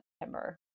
September